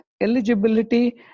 eligibility